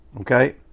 Okay